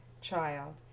Child